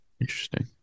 interesting